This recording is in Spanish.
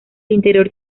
interior